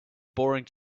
boring